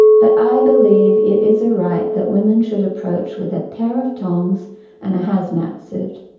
but i believe it is a right that women should approach with a pair of tongs and a hazmat suit.